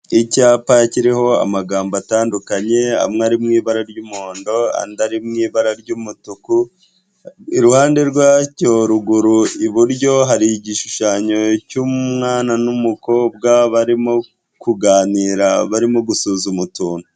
iIcyapa kiriho amagambo atandukanye amwe ari mu ibara ry'umuhondo, andi ari mu ibara ry'umutuku, iruhande rwacyo ruguru iburyo hari igishushanyo cy'umwana n'umukobwa barimo kuganira barimo gusuzuma utuntu.